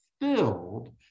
filled